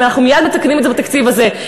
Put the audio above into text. אנחנו מייד מתקנים את זה בתקציב הזה.